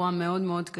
אירוע קשה מאוד מאוד.